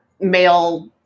Male